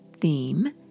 theme